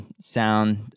sound